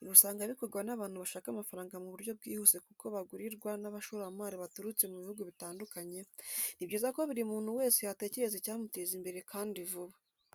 ibi usanga bikorwa n'abantu bashaka amafaranga mu buryo bwihuse kuko bagurirwa n'abashoramari baturutse mu bihugu bitandukanye, ni byiza ko buri muntu wese yatekereza icyamuteza imbere kandi vuba.